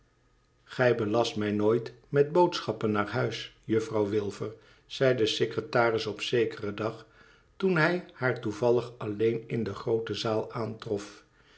gij belast mij nooit met boodschappen naar huis juffrouw wilfer zei de secretaris op zekeren dag toen hij haar toevallig alleen in de groote zaal aantrof